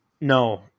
No